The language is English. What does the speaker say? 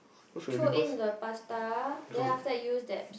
throw in the pasta then after that use that